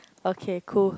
okay cool